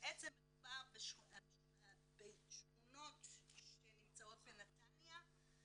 כשבעצם מדובר בשכונות שנמצאות בנתניה,